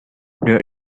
there